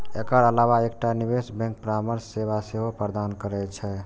एकर अलावा एकटा निवेश बैंक परामर्श सेवा सेहो प्रदान करै छै